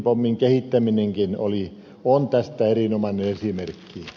ydinpommin kehittäminenkin on tästä erinomainen esimerkki